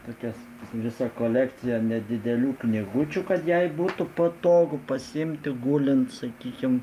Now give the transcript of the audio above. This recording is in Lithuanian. tokias visą kolekciją nedidelių knygučių kad jai būtų patogu pasiimti gulint sakykim